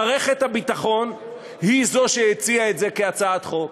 מערכת הביטחון היא שהציעה את זה כהצעת חוק.